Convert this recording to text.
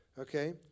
okay